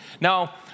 Now